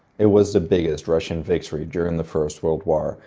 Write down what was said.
it was the biggest russian victory during the first world war,